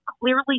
clearly